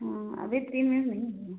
हाँ अभी तीन दिन नहीं हुए हैं